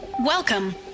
Welcome